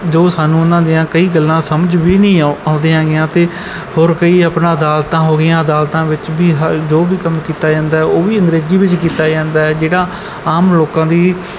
ਜੋ ਸਾਨੂੰ ਉਹਨਾਂ ਦੀਆਂ ਕਈ ਗੱਲਾਂ ਸਮਝ ਵੀ ਨਹੀਂ ਔ ਆਉਂਦੀਆਂ ਹੈਗੀਆਂ ਅਤੇ ਹੋਰ ਕਈ ਆਪਣਾ ਅਦਾਲਤਾਂ ਹੋ ਗਈਆਂ ਅਦਾਲਤਾਂ ਵਿੱਚ ਵੀ ਹ ਜੋ ਵੀ ਕੰਮ ਕੀਤਾ ਜਾਂਦਾ ਉਹ ਵੀ ਅੰਗਰੇਜ਼ੀ ਵਿੱਚ ਕੀਤਾ ਜਾਂਦਾ ਜਿਹੜਾ ਆਮ ਲੋਕਾਂ ਦੀ